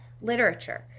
literature